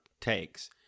takes